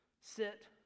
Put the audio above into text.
sit